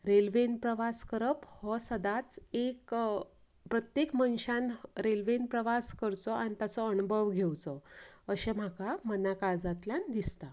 रेल्वेन प्रवास करप हो सदांच एक प्रत्येक मनशान रेल्वेन प्रवास करचो आनी ताचो अणभव घेवचो अशे म्हाका मना काळजांतल्यान दिसता